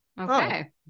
okay